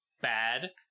bad